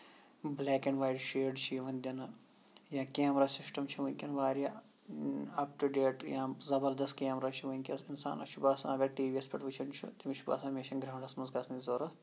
black and white shades چھِ یِوان دِنہٕ یا کیمرا سَسٹم چھُ ؤنکیٚن واریاہ اپ ٹوٚ ڈیٹ یا زَبردست کیمرا چھُ ؤنکیٚس اِنسانَس چھُ باسان اَگر ٹی وییَس پٮ۪ٹھ وُچھن تٔمِس چھُ باسان مےٚ چھےٚ نہٕ گرونڈَس منٛز گژھنٕچ ضرورت